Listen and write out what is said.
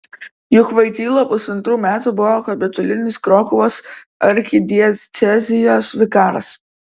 juk voityla pusantrų metų buvo kapitulinis krokuvos arkidiecezijos vikaras